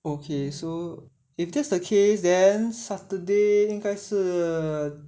okay so if that's the case then saturday 应该是